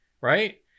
right